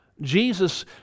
Jesus